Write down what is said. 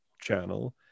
channel